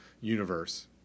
universe